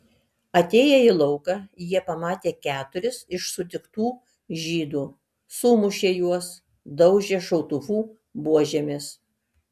atėję į lauką jie pamatė keturis iš sutiktų žydų sumušė juos daužė šautuvų buožėmis